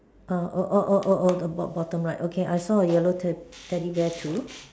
uh oh oh oh oh bot~ bottom right okay I saw a yellow Ted~ Teddy bear through